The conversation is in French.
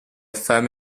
femme